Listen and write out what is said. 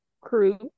crew